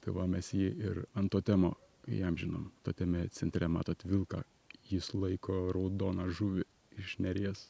tai va mes jį ir ant totemo įamžinom toteme centre matot vilką jis laiko raudoną žuvį iš neries